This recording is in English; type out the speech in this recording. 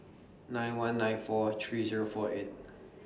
nine one nine four three Zero four eight